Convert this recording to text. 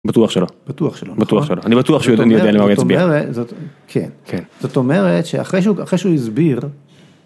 בטוח שלא, בטוח שלא, בטוח שלא, אני בטוח שהוא עדיין יודע למה הוא יצביע, זאת אומרת שאחרי שהוא הסביר.